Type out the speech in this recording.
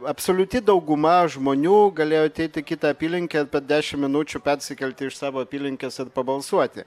absoliuti dauguma žmonių galėjo ateit į kitą apylinkę per dešim minučių persikelti iš savo apylinkės pabalsuoti